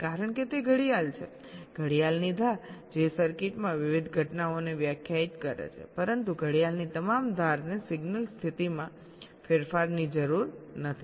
કારણ કે તે ઘડિયાળ છે ઘડિયાળની ધાર જે સર્કિટમાં વિવિધ ઘટનાઓને વ્યાખ્યાયિત કરે છે પરંતુ ઘડિયાળની તમામ ધારને સિગ્નલ સ્થિતિમાં ફેરફારની જરૂર નથી